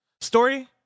Story